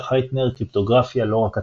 יפתח הייטנר, קריפטוגרפיה - לא רק הצפנה,